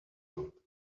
pop